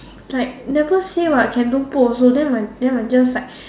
like never say what can don't put also then my then my just like